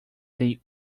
they